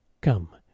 Come